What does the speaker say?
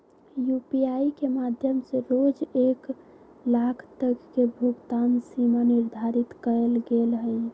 UPI के माध्यम से रोज एक लाख तक के भुगतान सीमा निर्धारित कएल गेल हइ